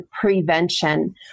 prevention